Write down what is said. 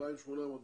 2,800 משתתפים.